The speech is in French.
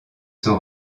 sont